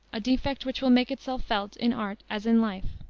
a defect which will make itself felt in art as in life.